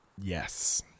yes